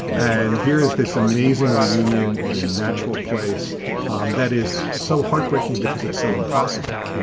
and here is this amazing reunion in a natural place um that is so heartbreaking because it's so impossible,